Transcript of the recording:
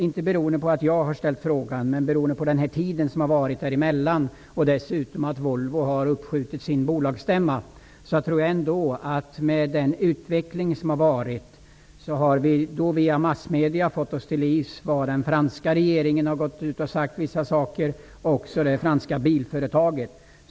Inte beroende på att jag har ställt frågan, men beroende på utvecklingen under den tid som har gått häremellan och dessutom på att Volvo har uppskjutit sin bolagsstämma har vi via massmedierna fått oss till livs att den franska regeringen har gått ut och sagt vissa saker, liksom det franska bilföretaget.